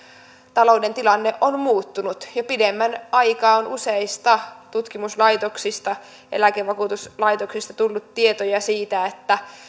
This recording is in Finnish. talouden tilanne on muuttunut jo pidemmän aikaa on useista tutkimuslaitoksista ja eläkevakuutuslaitoksista tullut tietoja siitä että